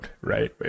right